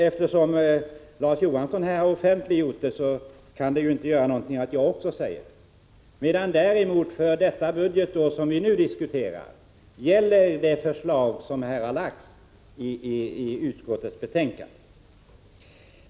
Eftersom Larz Johansson här har offentliggjort detta, kan det inte göra någonting att också jag säger det. För det budgetår som vi nu diskuterar gäller däremot det förslag som har behandlats i det föreliggande utskottsbetänkandet.